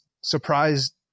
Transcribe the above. surprised